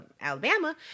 Alabama